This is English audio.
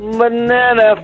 banana